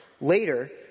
Later